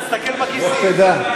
תסתכל בכיסים.